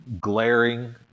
glaring